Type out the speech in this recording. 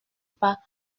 pas